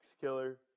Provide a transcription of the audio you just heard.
killer